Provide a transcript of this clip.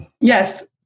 yes